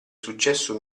successo